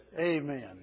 Amen